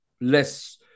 less